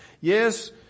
Yes